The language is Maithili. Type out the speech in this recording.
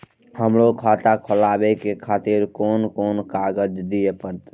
हमरो खाता खोलाबे के खातिर कोन कोन कागज दीये परतें?